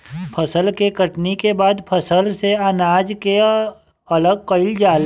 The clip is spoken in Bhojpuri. फसल के कटनी के बाद फसल से अनाज के अलग कईल जाला